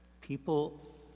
people